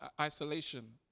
isolation